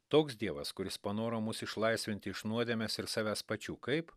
toks dievas kuris panoro mus išlaisvinti iš nuodėmės ir savęs pačių kaip